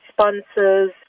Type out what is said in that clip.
sponsors